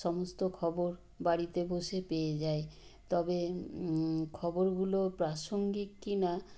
সমস্ত খবর বাড়িতে বসে পেয়ে যাই তবে খবরগুলো প্রাসঙ্গিক কি না